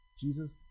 Jesus